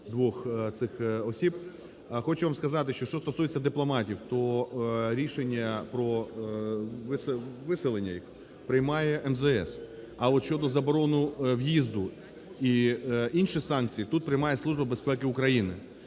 Хочу вам сказати, що стосується дипломатів, то рішення про виселення їх приймає МЗС. А от щодо заборони в'їзду і інші санкції, тут приймає